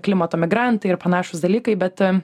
klimato migrantai ir panašūs dalykai bet